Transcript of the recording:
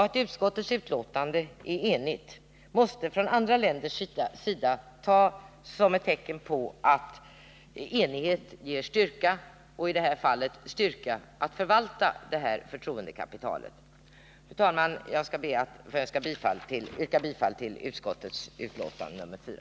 Att utskottet är enigt måste från andra länders sida uppfattas som en enighet som ger styrka och i det här fallet styrka att förvalta detta förtroendekapital. Fru talman! Jag ber att få yrka bifall till utskottets hemställan i betänkandet nr 4.